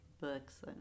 books